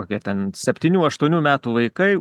kokie ten septynių aštuonių metų vaikai